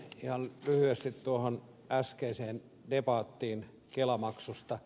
ihan lyhyesti tuohon äskeiseen debattiin kelamaksusta